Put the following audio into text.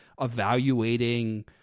evaluating